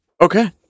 Okay